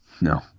No